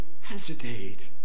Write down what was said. hesitate